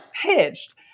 pitched